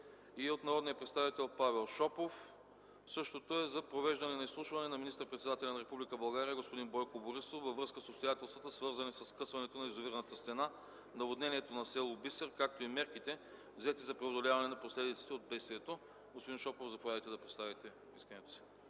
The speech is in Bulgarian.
е от народния представител Павел Шопов – същото е за провеждане на изслушване на министър-председателя на Република България господин Бойко Борисов във връзка с обстоятелствата, свързани със скъсването на язовирната стена, наводнението на с. Бисер, както и мерките, взети за преодоляване на последиците от бедствието. Господин Шопов, заповядайте да представите искането си.